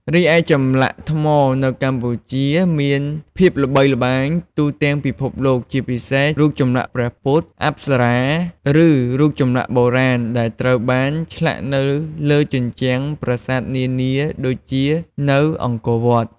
ឯចម្លាក់ថ្មនៅកម្ពុជាមានភាពល្បីល្បាញទូទាំងពិភពលោក ជាពិសេស រូបចម្លាក់ព្រះពុទ្ធ អប្សរា ឬរូបចម្លាក់បុរាណ ដែលត្រូវបានឆ្លាក់នៅលើជញ្ជាំងប្រាសាទនានាដូចជានៅអង្គរវត្ត។